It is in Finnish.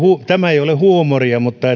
tämä ei ole huumoria mutta